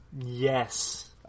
Yes